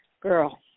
Girl